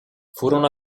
furono